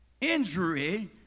injury